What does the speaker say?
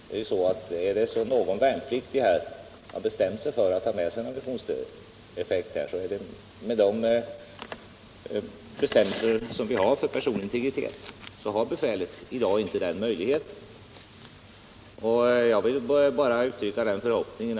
Det kan ju hända att någon värnpliktig har bestämt sig för att ta med sig en ammunitionseffekt, men enligt de be — Nr 135 stämmelser vi har om den personliga integriteten har befälet i dag inte Onsdagen den möjlighet att görä en sådan undersökning.